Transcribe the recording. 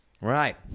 Right